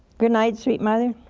good night, sweet mother,